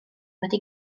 wedi